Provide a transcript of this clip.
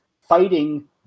fighting